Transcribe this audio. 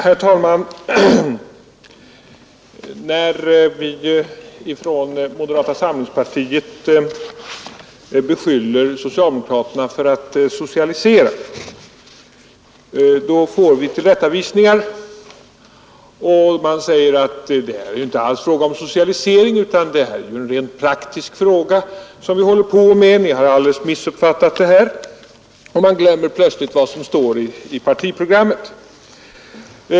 Herr talman! När vi från moderata samlingspartiet beskyller socialdemokraterna för att socialisera får vi tillrättavisningar. Man säger: ”Det här är inte alls frågan om socialisering utan det här är ju en rent praktisk fråga, som vi håller på med. Ni har alldeles missuppfattat det här.” Man glömmer plötsligt vad som står i partiprogrammet.